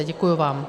Děkuji vám.